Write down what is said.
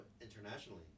internationally